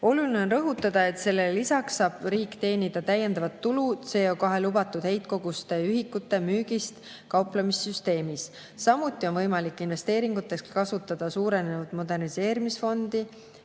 Oluline on rõhutada, et sellele lisaks saab riik teenida täiendavat tulu CO2lubatud heitkoguste ühikute müügist kauplemissüsteemis. Samuti on võimalik investeeringuteks kasutada suurenenud moderniseerimisfondi